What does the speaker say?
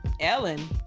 Ellen